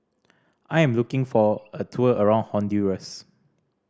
I am looking for a tour around Honduras